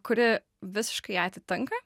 kuri visiškai ją atitinka